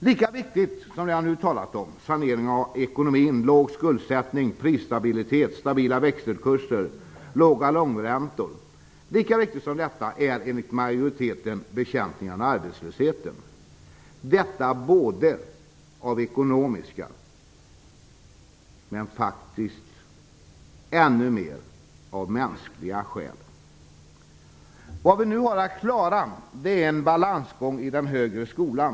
Lika viktigt som det jag nu talat om, sanering av ekonomin, låg skuldsättning, prisstabilitet, stabila växelkurser och låga långräntor, är enligt majoriteten bekämpningen av arbetslösheten - detta både av ekonomiska och ännu mer av mänskliga skäl. Det vi nu har att klara är en balansgång i den högre skolan.